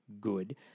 good